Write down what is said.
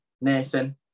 Nathan